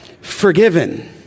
Forgiven